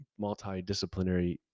multidisciplinary